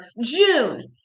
June